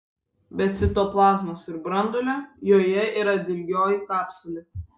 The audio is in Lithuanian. be citoplazmos ir branduolio joje yra dilgioji kapsulė